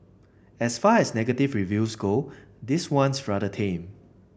as far as negative reviews go this one's rather tame